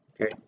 okay